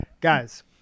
Guys